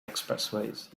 expressways